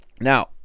Now